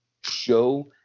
show